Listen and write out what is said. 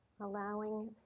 Allowing